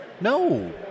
No